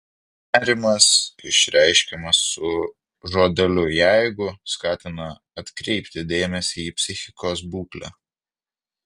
nerimas išreiškiamas su žodeliu jeigu skatina atkreipti dėmesį į psichikos būklę